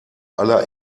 aller